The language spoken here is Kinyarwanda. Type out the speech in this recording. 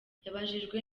yabajijwe